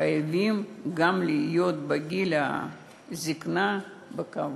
חייבים גם לחיות בגיל הזיקנה בכבוד.